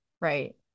right